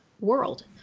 world